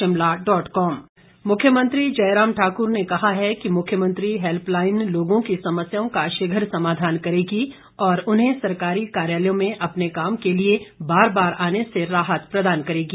मुख्यमंत्री मुख्यमंत्री जयराम ठाकुर ने कहा है कि मुख्यमंत्री हेल्पलाइन लोगों की समस्याओं का शीघ्र समाधान करेगी और उन्हें सरकारी कार्यालयों में अपने काम के लिए बार बार आने से राहत प्रदान करेगी